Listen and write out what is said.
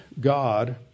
God